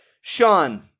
Sean